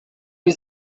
wie